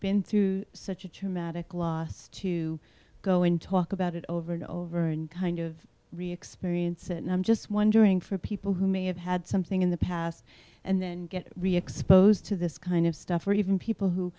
been through such a traumatic loss to go and talk about it over and over and kind of really experience it and i'm just wondering for people who may have had something in the past and then get to this kind of stuff or even people who